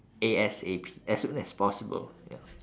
A_S_A_P as soon as possible ya